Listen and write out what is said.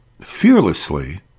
fearlessly